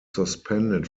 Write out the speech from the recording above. suspended